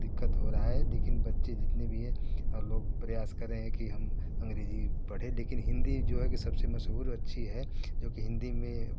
दिक्कत हो रहा है लेकिन बच्चे जितने भी है लोग प्रयास कर रहे है कि हम अंग्रेजी पढ़े लेकिन हिंदी जो है कि सबसे मशहूर और अच्छी है जो की हिंदी में